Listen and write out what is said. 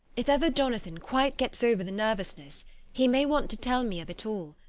if ever jonathan quite gets over the nervousness he may want to tell me of it all,